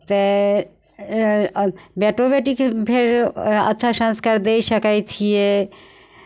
तऽ बेटो बेटीकेँ फेर अच्छा संस्कार दए सकै छियै